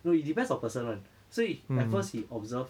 no it depends on person [one] 所以 at first he observe